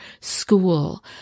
school